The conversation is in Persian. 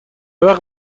وقت